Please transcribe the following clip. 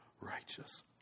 righteous